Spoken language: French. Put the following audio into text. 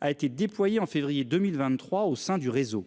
m'a été déployée en février 2023 au sein du réseau.